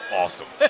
awesome